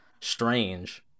strange